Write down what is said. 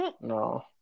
No